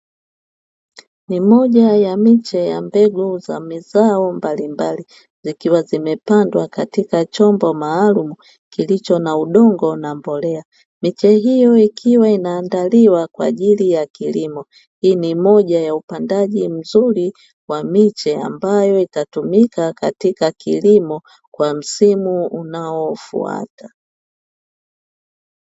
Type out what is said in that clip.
Ni moja ya miche ya mbegu za mazao mbalimbali; zikiwa zimepandwa katika chombo maalumu kilicho na udongo na mbolea. Miche hiyo ikiwa inaandaliwa kwa ajili ya kilimo. Hii ni moja ya upandaji mzuri wa miche ambayo itatumika katika kilimo kwa msimu unaofuata.